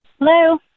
Hello